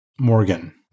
Morgan